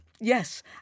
Yes